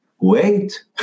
Wait